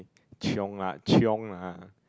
chiong ah chiong ah